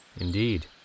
Indeed